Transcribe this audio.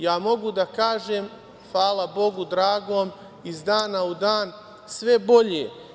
Ja mogu da kažem, hvala Bogu dragom, iz dana u dan, sve bolje.